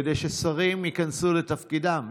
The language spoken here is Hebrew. כדי ששרים ייכנסו לתפקידם.